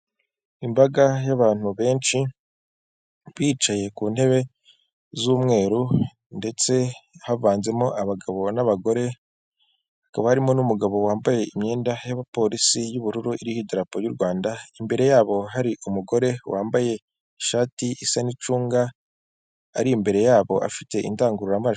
Imbaga y'abantu benshi, bicaye ku ntebe z'umweru ndetse havanzemo abagabo n'abagore, hakaba harimo n'umugabo wambaye imyenda y'abapolisi y'ubururu iriho idarapo ry'u Rwanda, imbere yabo hari umugore wambaye ishati isa n'icunga, ari imbere yabo afite indangururamajwi.